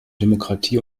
demokratie